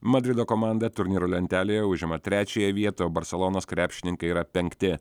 madrido komanda turnyro lentelėje užima trečiąją vietą o barselonos krepšininkai yra penkti